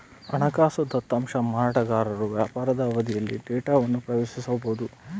ಹಣಕಾಸು ದತ್ತಾಂಶ ಮಾರಾಟಗಾರರು ವ್ಯಾಪಾರದ ಅವಧಿಯಲ್ಲಿ ಡೇಟಾವನ್ನು ಪ್ರವೇಶಿಸಬೊದು